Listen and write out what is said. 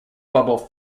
bubble